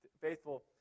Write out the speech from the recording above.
faithful